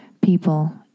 People